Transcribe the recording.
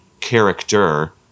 character